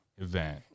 event